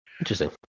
Interesting